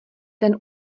ten